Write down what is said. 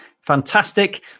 Fantastic